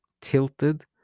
tilted